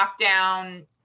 lockdown